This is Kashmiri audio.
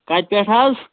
کَتہِ پٮ۪ٹھ حظ